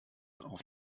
auf